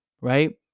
right